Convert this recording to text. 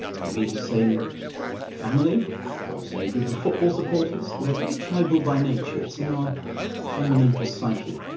maybe the same family or same group of football supporters. we are very tribal by nature, it's in our fundamental psyche.